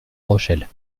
rochelle